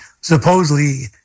supposedly